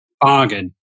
Bargain